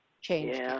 changed